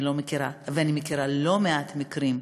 ואני מכירה לא מעט מקרים,